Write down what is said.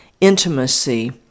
intimacy